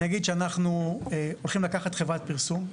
אני אגיד שאנחנו הולכים לקחת חברת פרסום,